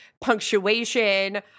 punctuation